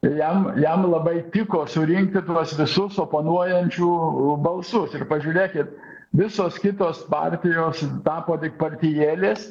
ir jam jam labai tiko surinkti tuos visus oponuojančių balsus ir pažiūrėkit visos kitos partijos tapo tik partijėlės